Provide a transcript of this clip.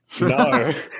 No